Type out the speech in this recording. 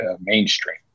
mainstream